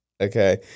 okay